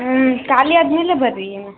ಹ್ಞೂ ಖಾಲಿ ಆದಮೇಲೆ ಬನ್ರಿ